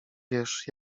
wiesz